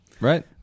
Right